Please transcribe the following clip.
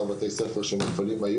אמורה להתרחב מ-12 בתי ספר בהם היא פועלת